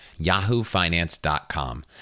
yahoofinance.com